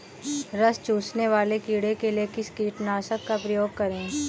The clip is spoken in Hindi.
रस चूसने वाले कीड़े के लिए किस कीटनाशक का प्रयोग करें?